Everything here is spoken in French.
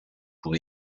pour